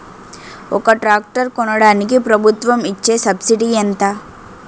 ఒక ట్రాక్టర్ కొనడానికి ప్రభుత్వం ఇచే సబ్సిడీ ఎంత?